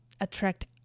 attract